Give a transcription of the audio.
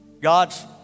God's